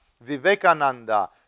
Vivekananda